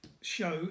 show